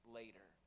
later